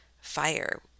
fire